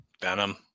Venom